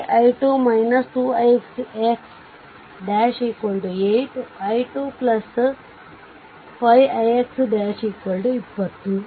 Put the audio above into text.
3 i2 2 ix ' 8 i2 5 ix ' 20 ಇದನ್ನು ಪರಿಹರಿಸಿದಾಗ ix ' 5217 ampere ಸಿಗುತ್ತದೆ